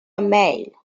male